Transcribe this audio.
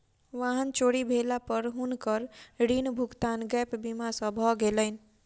वाहन चोरी भेला पर हुनकर ऋण भुगतान गैप बीमा सॅ भ गेलैन